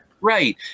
Right